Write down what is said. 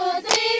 three